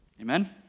Amen